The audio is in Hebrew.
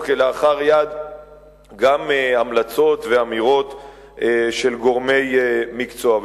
כלאחר-יד גם המלצות ואמירות של גורמי מקצוע.